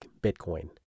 Bitcoin